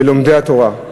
בלומדי התורה,